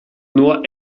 nur